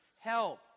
Help